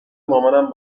مامانم